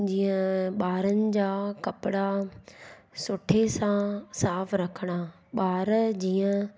जीअं ॿारनि जा कपिड़ा सुठे सां साफ़ु रखणा ॿार जीअं